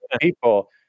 people